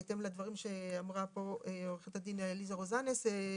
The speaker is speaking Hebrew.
בהתאם לדברים שאמרה פה עורכת הדין עליזה רוזנס,